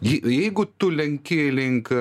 jei jeigu tu lenki link